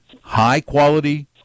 high-quality